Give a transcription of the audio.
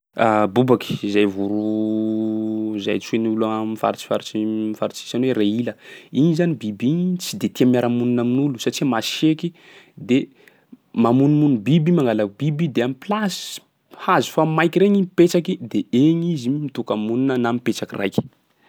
Bobaky, izay voro zay antsoin'olo am'faritsy faritsy faritsy sasany hoe reila, igny zany biby igny tsy de tia miara-monina amin'olo satria masieky, de mamonomono biby, magnala biby de am'plasy s- hazo fa maiky regny i mipetraky, de egny izy mitoka-monina na mipetraka raiky.